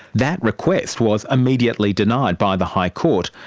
that request was immediately denied by the high court,